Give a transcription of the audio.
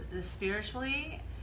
spiritually